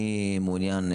מי מעוניין?